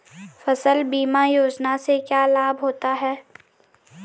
फसल बीमा योजना से क्या लाभ होता है?